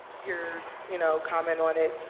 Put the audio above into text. here, you know comment on it.